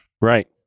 Right